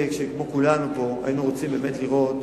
שכולנו פה היינו רוצים באמת לראות